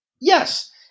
Yes